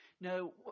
No